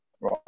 Right